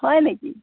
হয় নেকি